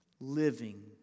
living